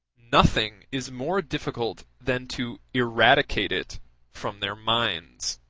nothing is more difficult than to eradicate it from their minds.